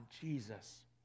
Jesus